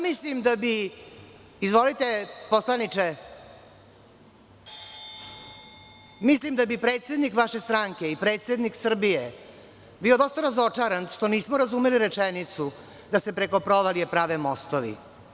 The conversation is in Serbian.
Mislim da bi predsednik vaše stranke i predsednik Srbije bio dosta razočaran što nismo razumeli rečenicu da se preko provalije prave mostovi.